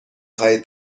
خواهید